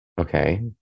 Okay